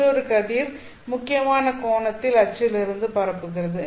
மற்றொரு கதிர் முக்கியமான கோணத்தில் அச்சில் இருந்து பரப்புகிறது